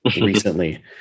recently